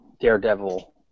Daredevil